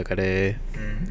அதுகெடயாது:athu kedayaathu